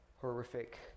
horrific